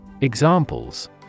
Examples